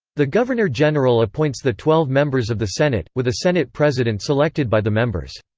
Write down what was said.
the governor-general appoints the twelve members of the senate, with a senate president selected by the members.